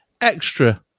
extra